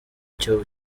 kigo